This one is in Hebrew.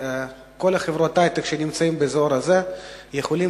כל חברות ההיי-טק שנמצאות באזור הזה יכולות